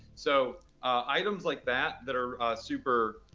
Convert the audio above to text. so items like that that are super,